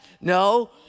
No